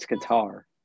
guitar